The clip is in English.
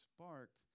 sparked